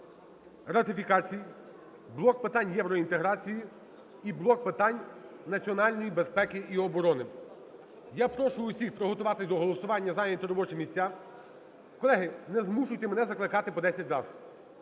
ратифікацій, блок питань євроінтеграції і блок питань національної безпеки і оборони. Я прошу усіх приготуватися до голосування, зайняти робочі місця. Колеги, не змушуйте мене закликати по десять раз.